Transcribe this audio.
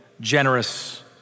generous